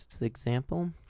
example